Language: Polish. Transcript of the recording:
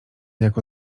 jako